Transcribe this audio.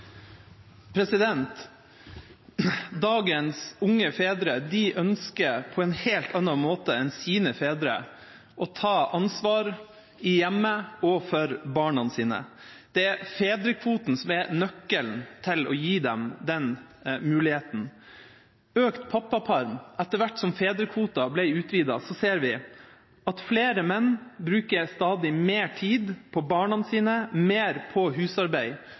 Dagens unge fedre ønsker på en helt annen måte enn sine fedre å ta ansvar i hjemmet og for barna sine. Det er fedrekvoten som er nøkkelen til å gi dem den muligheten. Etter hvert som fedrekvoten ble utvidet, ser vi at flere menn bruker stadig mer tid på barna sine, mer på husarbeid,